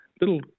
little